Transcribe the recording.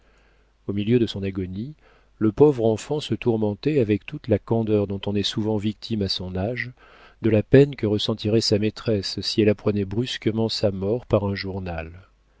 au milieu de son agonie le pauvre enfant se tourmentait avec toute la candeur dont on est souvent victime à son âge de la peine que ressentirait sa maîtresse si elle apprenait brusquement sa mort par un journal